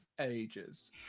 ages